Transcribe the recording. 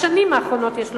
בשנים האחרונות יש לומר,